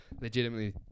Legitimately